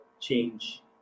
change